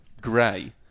grey